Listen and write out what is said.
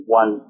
one